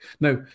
Now